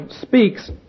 speaks